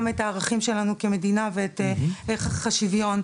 את הערכים שלנו כמדינה ואת ערך השוויון,